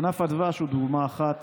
ענף הדבש הוא דוגמה אחת